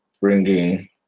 bringing